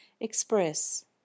express